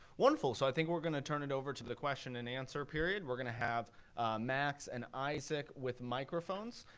wonderful. so i think we're going to turn it over to the question and answer period. we're going to have max and isaac with microphones.